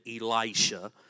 Elisha